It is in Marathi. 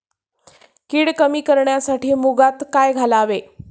कीड कमी करण्यासाठी मुगात काय घालावे?